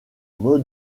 mode